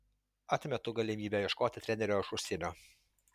atmetu galimybę ieškoti trenerio iš užsienio